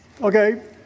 Okay